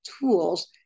tools